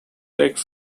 lake